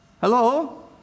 hello